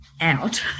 out